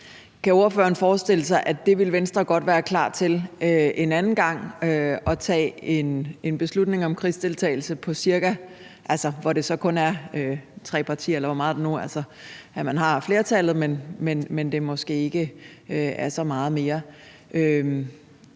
kan ordføreren forestille sig, at Venstre godt ville være klar til en anden gang at tage en beslutning omkring krigsdeltagelse, hvor det kun er tre partier, eller hvor mange det nu er, der skal til, for at man har flertallet, og det måske ikke er så meget mere?